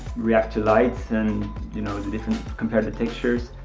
react to lights and, you know, to different, compare the textures.